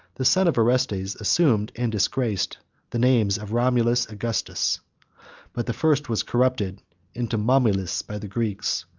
the son of orestes assumed and disgraced the names of romulus augustus but the first was corrupted into momyllus, by the greeks,